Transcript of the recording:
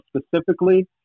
specifically